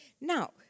Now